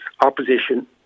opposition